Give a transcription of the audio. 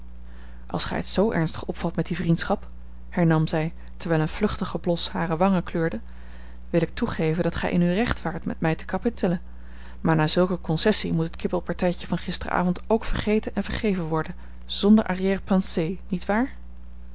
als gij het z ernstig opvat met die vriendschap hernam zij terwijl een vluchtige blos hare wangen kleurde wil ik toegeven dat gij in uw recht waart met mij te kapittelen maar na zulke concessie moet het kibbel partijtje van gisteravond k vergeten en vergeven worden zonder arrière pensée niet waar